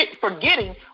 forgetting